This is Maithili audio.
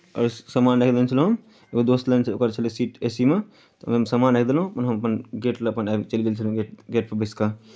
आओर सामान राखि देने छलहुँ एगो दोस्त लेने छलए ओकर छलै सीट ए सी मे तऽ ओहिमे सामान राखि देलहुँ कोहुनाओ अपन गेट लग अपन आबि चलि गेल छलहुँ गेट गेटपर बैसि कऽ